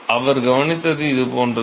அவர் கவனித்தது இது போன்றது